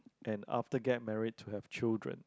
and after get married to have children